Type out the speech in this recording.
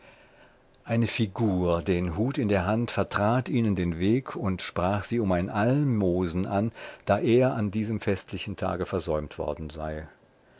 eine figur den hut in der hand vertrat ihnen den weg und sprach sie um ein almosen an da er an diesem festlichen tage versäumt worden sei